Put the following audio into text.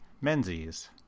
Menzies